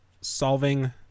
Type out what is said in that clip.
solving